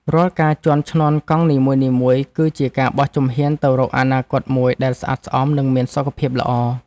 រាល់ការជាន់ឈ្នាន់កង់នីមួយៗ គឺជាការបោះជំហានទៅរកអនាគតមួយដែលស្អាតស្អំ និងមានសុខភាពល្អ។